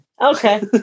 Okay